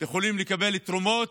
יכולים לקבל תרומות,